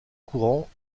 courant